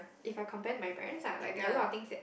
if I compare to my parents ah like there a lot of things that